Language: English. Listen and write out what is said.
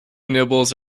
nibbles